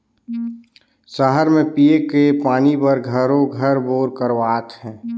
सहर म पिये के पानी बर घरों घर बोर करवावत हें